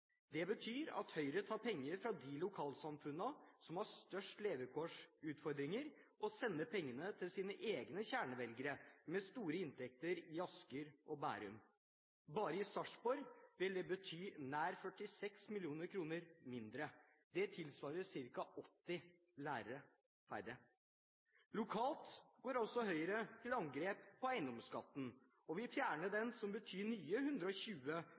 Det betyr at Høyre tar penger fra de lokalsamfunnene som har størst levekårsutfordringer, og sender dem til sine egne kjernevelgere – med store inntekter – i Asker og Bærum. Bare i Sarpsborg vil det bety nær 46 mill. kr mindre. Det tilsvarer ca. 80 færre lærere. Lokalt går Høyre også til angrep på eiendomsskatten og vil fjerne den, som betyr nye 120